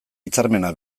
hitzarmena